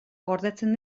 gordetzen